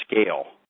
scale